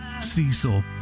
Cecil